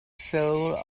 soul